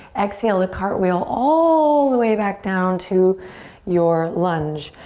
exhale to cartwheel all the way back down to your lunge.